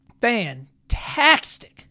fantastic